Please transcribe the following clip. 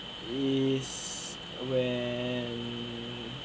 is when